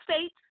states